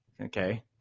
Okay